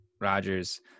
Rogers